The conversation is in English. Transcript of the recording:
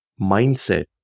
mindset